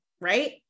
right